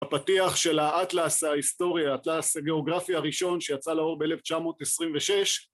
הפתיח של האטלס ההיסטורי, האטלס הגיאוגרפי הראשון שיצא לאור ב-1926